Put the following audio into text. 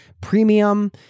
premium